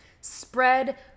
spread